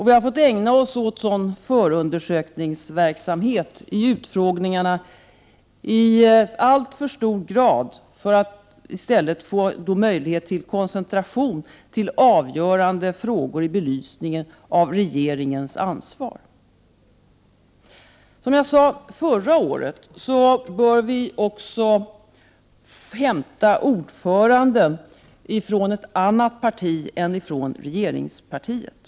Vi har fått ägna oss åt sådan förundersökningsverksamhet i utfrågningarna i alltför hög grad, i stället för att få möjlighet till koncentration till avgörande frågor i belysningen av regeringens ansvar. Som jag sade förra året bör vi hämta ordföranden från ett annat parti än regeringspartiet.